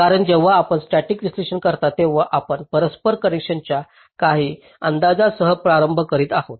कारण जेव्हा आपण स्टॅटिक विश्लेषण करता तेव्हा आपण परस्पर कनेक्शनच्या काही अंदाजांसह प्रारंभ करीत आहात